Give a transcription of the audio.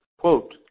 Quote